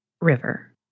river